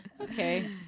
Okay